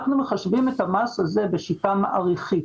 אנחנו מחשבים את המס הזה בשיטה מעריכית.